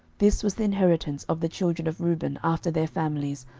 this was the inheritance of the children of reuben after their families,